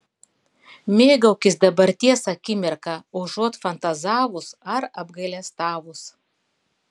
mėgaukis dabarties akimirka užuot fantazavus ar apgailestavus